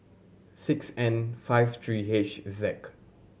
six N five three H Z